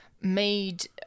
made